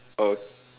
oh